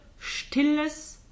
stilles